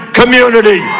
community